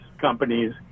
companies